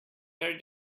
very